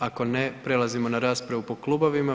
Ako ne prelazimo na raspravu po klubovima.